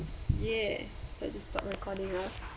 ya so to stop recording lor